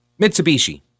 Mitsubishi